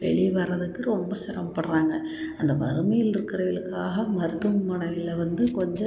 வெளியே வர்றதுக்கு ரொம்ப சிரமப்படுறாங்க அந்த வறுமையில் இருக்கறவகளுக்காக மருத்துவமனையில் வந்து கொஞ்சம்